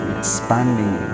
expanding